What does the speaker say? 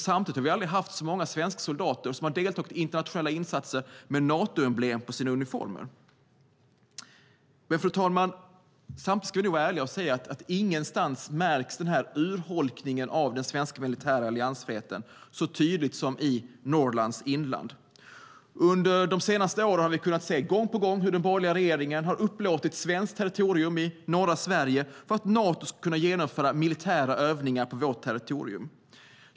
Samtidigt har vi aldrig haft så många svenska soldater som har deltagit i internationella insatser med Natoemblem på sina uniformer. Fru talman! Vi ska vara ärliga och säga att ingenstans märks urholkningen av den svenska militära alliansfriheten så tydligt som i Norrlands inland. Under de senaste åren har vi gång på gång sett hur den borgerliga regeringen har upplåtit svenskt territorium i norra Sverige för att Nato ska kunna genomföra militära övningar på vårt territorium.